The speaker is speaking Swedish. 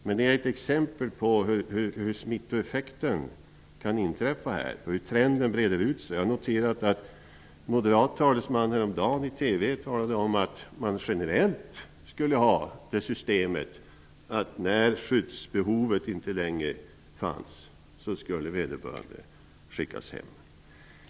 Men detta är ett exempel på hur smittoeffekter kan uppstå och hur trenden breder ut sig. En moderat talesman sade i TV häromdagen att man generellt borde ha ett system som innebär att när skyddsbehovet inte längre finns skall vederbörande skickas hem.